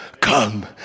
come